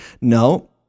No